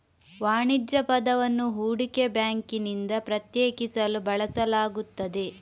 ವಾಣಿಜ್ಯ ಪದವನ್ನು ಹೂಡಿಕೆ ಬ್ಯಾಂಕಿನಿಂದ ಪ್ರತ್ಯೇಕಿಸಲು ಬಳಸಲಾಗುತ್ತದೆ